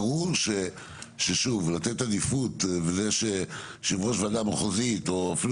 ברור שלתת עדיפות וזה שיושב-ראש ועדה מחוזית או אפילו